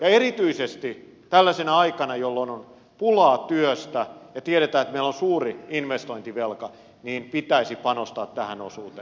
erityisesti tällaisena aikana jolloin on pulaa työstä ja tiedetään että meillä on suuri investointivelka pitäisi panostaa tähän osuuteen